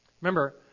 Remember